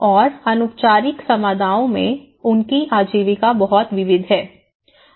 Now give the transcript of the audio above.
और अनौपचारिक समुदायों में उनकी आजीविका बहुत विविध है